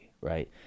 right